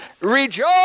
Rejoice